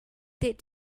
did